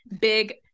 big